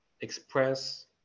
express